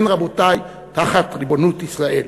כן, רבותי, תחת ריבונות ישראל.